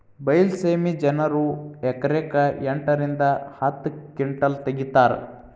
ಬೈಲಸೇಮಿ ಜನರು ಎಕರೆಕ್ ಎಂಟ ರಿಂದ ಹತ್ತ ಕಿಂಟಲ್ ತಗಿತಾರ